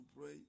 pray